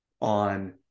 on